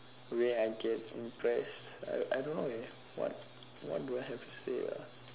way I get impressed I I don't know eh what what do I have to say ah